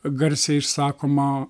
garsiai išsakoma